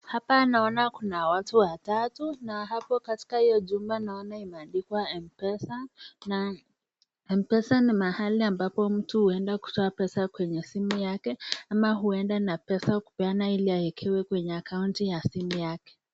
Hapa naona kuna watu watatu na hapo katika hiyo jumba naona imeandikwa mpesa na mpesa ni mahali ambapo mtu huenda kutoa pesa kwenye simu yake ama huenda na pesa kupeana ili awekewe kwenye akaunti ya simu yake.